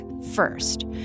first